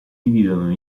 dividono